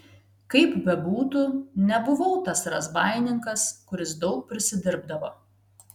kaip bebūtų nebuvau tas razbaininkas kuris daug prisidirbdavo